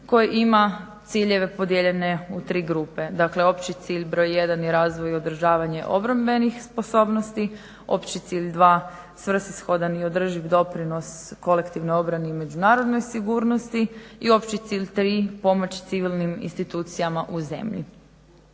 koji ima ciljeve podijeljene u tri grupe. Dakle, opći cilj broj jedan je razvoj i održavanje obrambenih sposobnosti, opći cilj dva svrsishodan i održiv doprinos kolektivnoj obrani i međunarodnoj sigurnosti i opći cilj tri pomoć civilnim institucijama u zemlji.